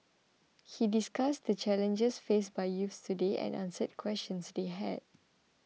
he discussed the challenges faced by youths today and answered questions they had